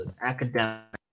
academic